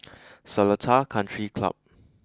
Seletar Country Club